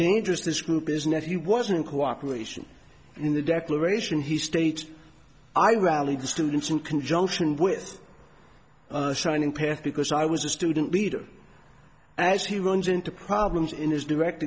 dangerous this group is nephew wasn't cooperation in the declaration he states i rallied the students in conjunction with shining path because i was a student leader as he runs into problems in his direct